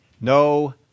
No